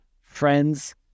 friends